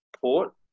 port